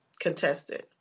Contested